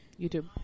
YouTube